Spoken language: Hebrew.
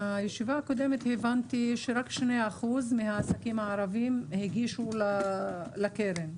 מהישיבה הקודמת הבנתי שרק 2% מהעסקים הערבים הגישו לקרן.